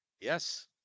yes